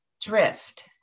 drift